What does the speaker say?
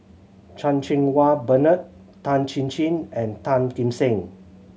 Chan Cheng Wah Bernard Tan Chin Chin and Tan Kim Seng